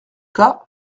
cas